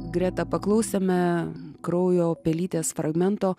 greta paklausėme kraujo pelytės fragmento